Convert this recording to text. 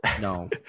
No